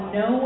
no